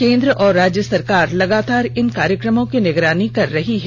केन्द्र और राज्य सरकार लगातार इन कार्यक्रमों की निगरानी कर रहे हैं